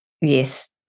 Yes